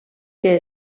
que